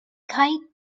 kite